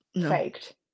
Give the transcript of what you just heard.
faked